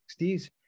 60s